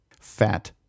Fat